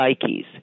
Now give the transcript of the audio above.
psyches